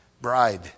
bride